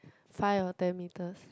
five or ten meters